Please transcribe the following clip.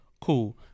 Cool